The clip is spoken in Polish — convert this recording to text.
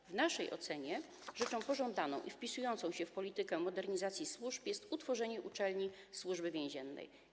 Według nas rzeczą pożądaną i wpisującą się w politykę modernizacji służb jest utworzenie uczelni Służby Więziennej.